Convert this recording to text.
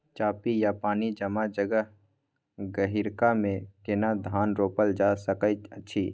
चापि या पानी जमा जगह, गहिरका मे केना धान रोपल जा सकै अछि?